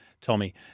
Tommy